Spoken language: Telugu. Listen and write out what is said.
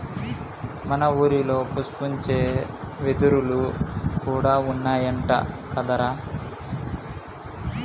మన ఊరిలో పుష్పించే వెదురులు కూడా ఉన్నాయంట కదరా